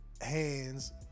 hands